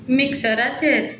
मिक्सराचेर